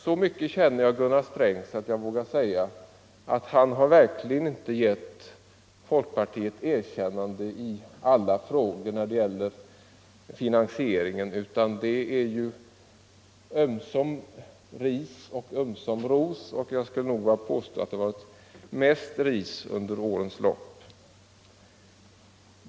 Så mycket känner jag Gunnar Sträng att jag vågar säga att han har verkligen inte gett folkpartiet erkännande i alla avseenden när det gäller finansieringen, utan det har varit ömsom ris och ömsom ros. Jag skulle nog vilja påstå att det varit mest ris under årens lopp.